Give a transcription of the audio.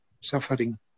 suffering